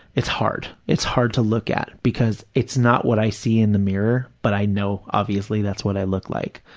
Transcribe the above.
it's hard. it's hard to look at, because it's not what i see in the mirror, but i know obviously that's what i look like.